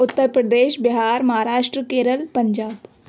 Uttar Pradesh Bihar Maharashtra Kerala Punjab